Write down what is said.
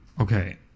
Okay